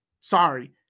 Sorry